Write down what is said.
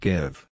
Give